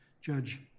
Judge